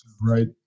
Right